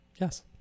Yes